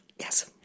Yes